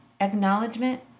Acknowledgement